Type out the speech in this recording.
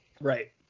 right